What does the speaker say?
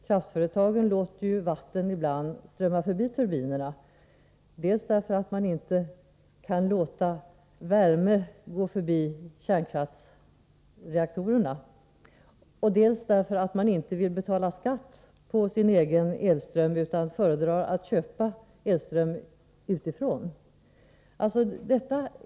Kraftföretagen låter ju ibland vatten strömma förbi turbinerna, dels därför att det inte går att ”släppa förbi värme i kärnkraftverken”, dels därför att de inte vill betala skatt på sin egen elström utan föredrar att köpa ström utifrån.